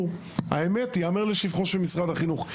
ייאמר לשבחו של משרד החינוך,